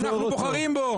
אנחנו בוחרים בו.